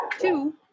two